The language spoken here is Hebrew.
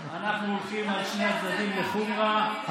אנחנו הולכים על שני הצדדים לחומרה בשביל לצאת ידי חובה.